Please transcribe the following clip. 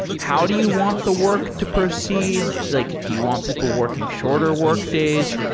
how do you want the work to proceed? like do you want people working shorter work days?